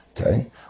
Okay